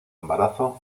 embarazo